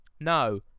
No